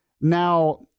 Now